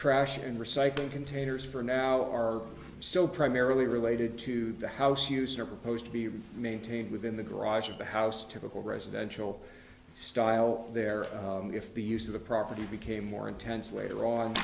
trash and recycling containers for now are still primarily related to the house use or proposed to be maintained within the garage of the house typical residential style there if the use of the property became more intense later on